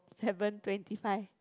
seven twenty five